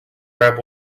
grab